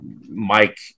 Mike